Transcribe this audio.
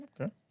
okay